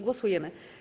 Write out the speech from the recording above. Głosujemy.